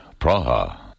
Praha